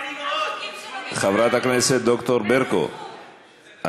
חברת הכנסת ברקו,